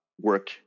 work